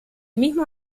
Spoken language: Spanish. mismo